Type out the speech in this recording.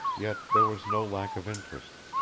yet there was no lack of interest.